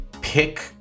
pick